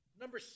Number